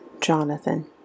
Jonathan